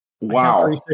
Wow